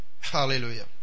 Hallelujah